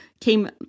came –